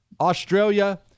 Australia